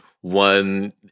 one